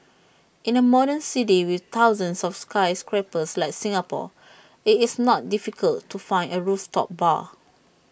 in A modern city with thousands of skyscrapers like Singapore IT is not difficult to find A rooftop bar